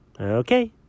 Okay